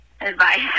advice